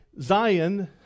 Zion